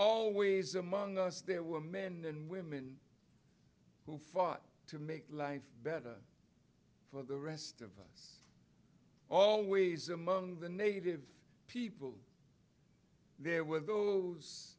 always among us there were men and women who fought to make life better for the rest of us always among the native people there were those